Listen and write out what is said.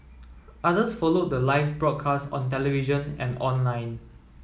others followed the live broadcast on television and online